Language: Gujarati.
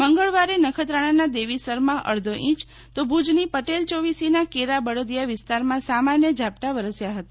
મંગળવારે નખત્રાણાના દેવીસરમાં અડધોઇંચ તો ભુજની પટેલ ચોવીસીના કેરા બળદિયા વિસ્તારમાં સામાન્ય ઝાપટાં વરસ્યા હતા